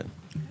כן.